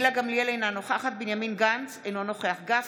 אינה נוכחת בנימין גנץ, אינו נוכח משה גפני,